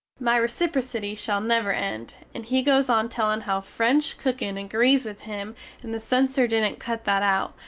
my reciprocity shall never end. and he goes on tellin how french cookin agrees with him and the censer didnt cut that out,